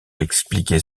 expliquer